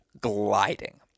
gliding